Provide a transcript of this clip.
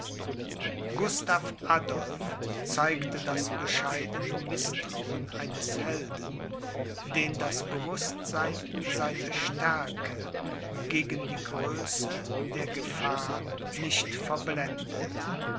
gustav adolph zeigte das bescheidene mißtrauen eines helden den das bewußtsein seiner stärke gegen die größe der gefahr nicht verblendet